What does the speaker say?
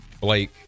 Blake